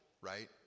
right